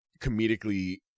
comedically